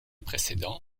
précédent